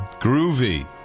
Groovy